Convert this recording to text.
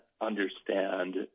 understand